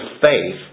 faith